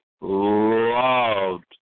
loved